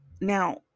now